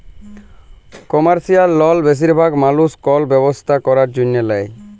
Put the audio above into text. commercial লল বেশিরভাগ মালুস কল ব্যবসা ক্যরার জ্যনহে লেয়